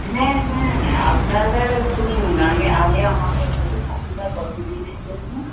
হ্যাঁ হ্যাঁ আপনারা শুনুন আগে আগে আমাকে বলুন আপনারা কত দিনের জন্য